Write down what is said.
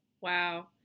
Wow